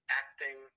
acting